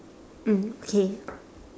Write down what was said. mm okay